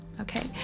Okay